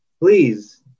please